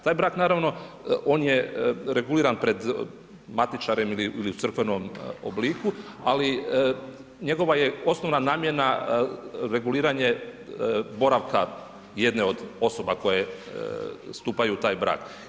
Taj brak naravno on je reguliran pred matičarem ili u crkvenom obliku, ali njegova je osnovna namjena reguliranja boravka jedne od osoba koje stupaju u taj brak.